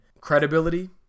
credibility